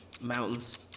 Mountains